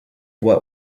what